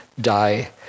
die